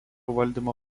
valdymo